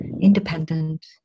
independent